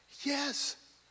Yes